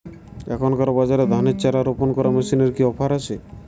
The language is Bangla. এখনকার বাজারে ধানের চারা রোপন করা মেশিনের কি অফার আছে?